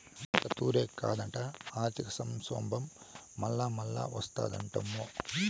ఈ ఒక్కతూరే కాదట, ఆర్థిక సంక్షోబం మల్లామల్లా ఓస్తాదటమ్మో